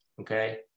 Okay